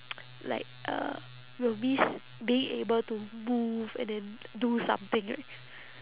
like uh you will miss being able to move and then do something right